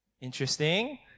interesting